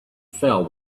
fell